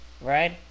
right